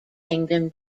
kingdom